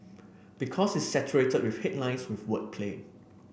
because it's saturated with headlines with wordplay